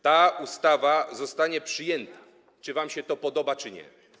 Ta ustawa zostanie przyjęta, czy wam się to podoba, czy nie.